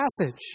passage